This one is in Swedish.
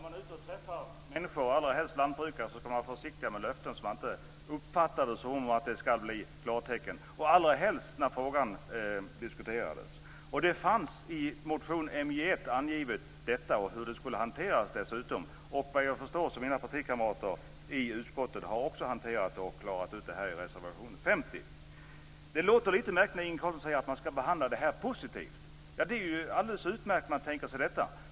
Herr talman! Det är rätt! När man träffar lantbrukare ska man vara försiktig med löften så att man inte uppfattar något som klartecken - allrahelst när frågan diskuterades. Det fanns i motion MJ1 angivet hur det skulle hanteras. Vad jag förstår har mina partikamrater klarat ut detta i reservation 50. Det låter lite märkligt när Inge Carlsson säger att man ska behandla detta positivt. Det är alldeles utmärkt.